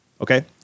Okay